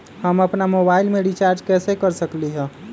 हम अपन मोबाइल में रिचार्ज कैसे कर सकली ह?